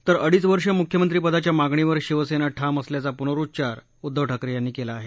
तर अडीच वर्ष मुख्यमंत्रिपदाच्या मागणीवर शिवसेना ठाम असल्याचा पुनरुच्चार उद्धव ठाकरे यांनी केला आहे